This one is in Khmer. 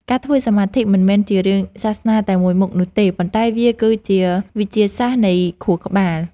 ការធ្វើសមាធិមិនមែនជារឿងសាសនាតែមួយមុខនោះទេប៉ុន្តែវាគឺជាវិទ្យាសាស្ត្រនៃខួរក្បាល។